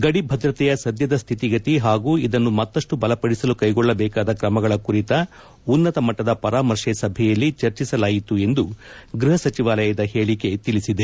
ಗಡಿಭದ್ರತೆಯ ಸದ್ಯದ ಸ್ಥಿತಿಗತಿ ಹಾಗೂ ಇದನ್ನು ಮತ್ತಪ್ಪು ಬಲಪಡಿಸಲು ಕೈಗೊಳ್ಳಬೇಕಾದ ಕ್ರಮಗಳ ಕುರಿತ ಉನ್ನತಮಟ್ಟದ ಪರಾಮರ್ತೆ ಸಭೆಯಲ್ಲಿ ಚರ್ಚಿಸಲಾಯಿತು ಎಂದು ಗೃಹ ಸಚಿವಾಲಯದ ಹೇಳಿಕೆ ತಿಳಿಸಿದೆ